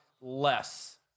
less